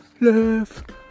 left